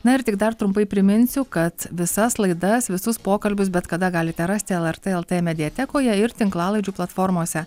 na ir tik dar trumpai priminsiu kad visas laidas visus pokalbius bet kada galite rasti lrt lt mediatekoje ir tinklalaidžių platformose